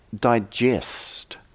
digest